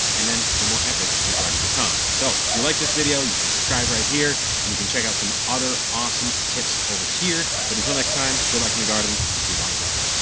and then the more epic your garden becomes. so if you like this video, you can subscribe right here and you can check out some other awesome tips over here. but until next time, good luck in the garden and keep on growing.